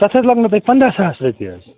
تَتھ حظ لَگنو تۄہہِ پنٛداہ ساس رۄپیہِ حظ